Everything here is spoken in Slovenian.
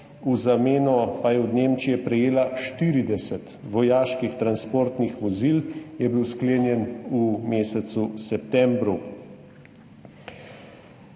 v zameno pa je od Nemčije prejela 40 vojaških transportnih vozil, je bil sklenjen v mesecu septembru.